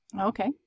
Okay